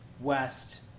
west